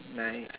like